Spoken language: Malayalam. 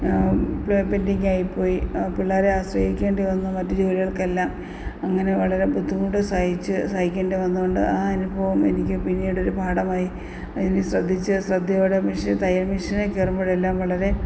ആയിപ്പോയി പിള്ളേരെ ആശ്രയിക്കേണ്ടിവന്നു മറ്റു ജോലികൾക്കെല്ലാം അങ്ങനെ വളരെ ബുദ്ധിമുട്ട് സഹിച്ച് സഹിക്കേണ്ടി വന്നതുകൊണ്ട് ആ അനുഭവം എനിക്ക് പിന്നീട് ഒരു പാഠമായി അതിന് ശ്രദ്ധിച്ച് ശ്രദ്ധയോടെ മിഷൻ തയ്യൽ മിഷനിൽ കേറുമ്പോഴെല്ലാം വളരെ